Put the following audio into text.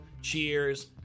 Cheers